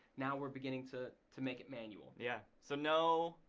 now we're beginning to to make it manual. yeah, so no,